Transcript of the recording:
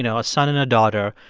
you know a son and a daughter.